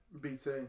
BT